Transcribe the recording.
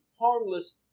harmless